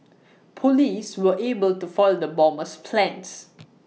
Police were able to foil the bomber's plans